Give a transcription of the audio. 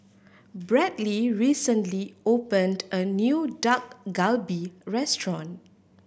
Bradly recently opened a new Dak Galbi Restaurant